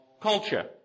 culture